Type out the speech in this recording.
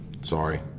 sorry